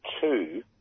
Two